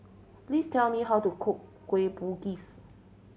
please tell me how to cook Kueh Bugis